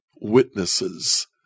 witnesses